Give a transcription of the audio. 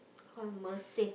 call Mersing